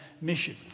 mission